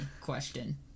question